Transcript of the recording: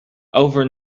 over